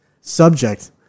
subject